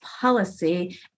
policy